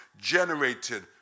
generated